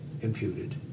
imputed